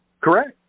Correct